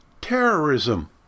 terrorism